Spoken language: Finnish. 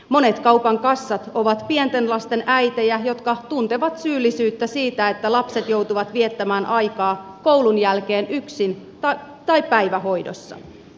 monet kaupan kassat ovat pienten lasten äitejä jotka tuntevat syyllisyyttä siitä että lapset joutuvat viettämään aikaa koulun jälkeen yksin tai päivähoidossa